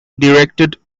directed